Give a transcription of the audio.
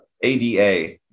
ADA